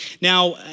Now